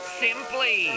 simply